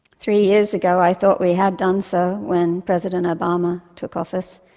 three years ago, i thought we had done so, when president obama took office.